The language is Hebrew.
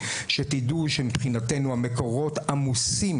שתדעו שמבחינתנו המקורות עמוסים,